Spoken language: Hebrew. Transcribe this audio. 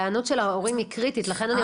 ההיענות של ההורים היא קריטית ולכן אני